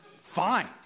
Fine